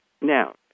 Now